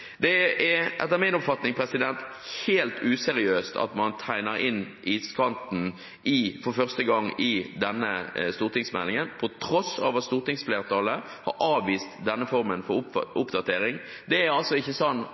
er etter min oppfatning helt useriøst at man tegner inn iskanten for første gang i denne stortingsmeldingen, på tross av at stortingsflertallet har avvist denne formen for oppdatering. Det er ikke sånn